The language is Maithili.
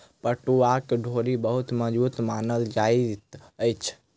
पटुआक डोरी बहुत मजबूत मानल जाइत अछि